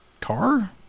car